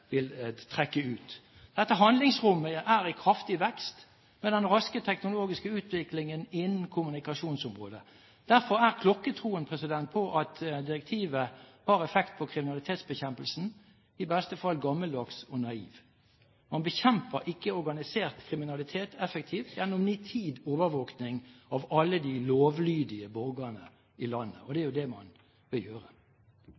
vil trekke ut. Dette handlingsrommet er i kraftig vekst, med den raske teknologiske utviklingen innen kommunikasjonsområdet. Derfor er klokkertroen på at direktivet har effekt på kriminalitetsbekjempelsen, i beste fall gammeldags og naiv. Man bekjemper ikke organisert kriminalitet effektivt gjennom nitid overvåkning av alle de lovlydige borgerne i landet, og det